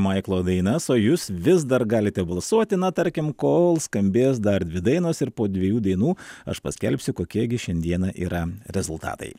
maiklo dainas o jūs vis dar galite balsuoti na tarkim kol skambės dar dvi dainos ir po dviejų dainų aš paskelbsiu kokie gi šiandieną yra rezultatai